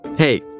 Hey